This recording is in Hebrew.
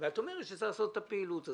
ואת אומרת שצריך לעשות את הפעילות הזאת.